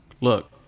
look